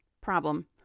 problem